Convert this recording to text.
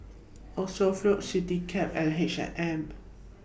All Sephora Citycab and H and M